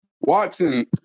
Watson